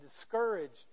discouraged